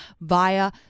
via